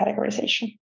categorization